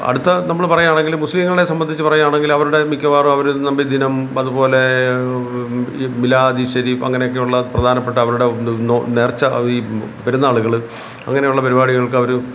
അടുത്ത നമ്മൾ പറയുവാണെങ്കിൽ മുസ്ലീങ്ങളെ സംബന്ധിച്ച് പറയുവാണെങ്കിൽ അവരുടെ മിക്കവാറും അവർ നബിദിനം അതുപോലെ ഈ മിലാദ് ഇ ഷെരീഫ് അങ്ങനെയൊക്കെ ഉള്ള പ്രധാനപ്പെട്ട അവരുടെ നേർച്ച ഈ പെരുന്നാളുകൾ അങ്ങനെയുള്ള പരിപാടികൾക്ക് അവർ